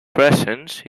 presence